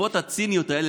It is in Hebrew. התשובות הציניות האלה,